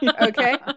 Okay